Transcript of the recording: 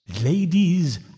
Ladies